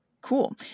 Cool